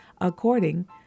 according